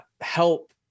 help